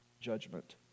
judgment